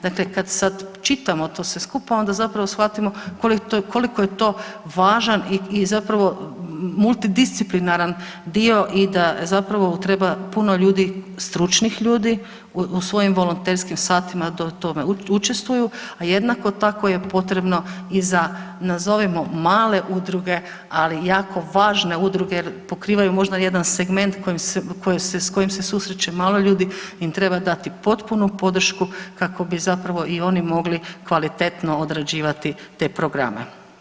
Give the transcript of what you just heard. Dakle, kad sad čitamo to sve skupa onda zapravo shvatimo koliko je to važan i zapravo multidisciplinaran dio i da zapravo treba puno ljudi, stručnih ljudi u svojim volonterskim satima da u tome učestvuju, a jednako tako je potrebno i za nazovimo male udruge, ali jako važne udruge jer pokrivaju možda jedan segment s kojim se susreće malo ljudi im treba dati potpunu podršku kako bi zapravo i oni mogli kvalitetno odrađivati te programe.